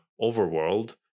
overworld